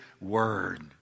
word